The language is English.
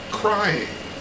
crying